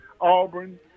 Auburn